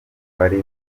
bari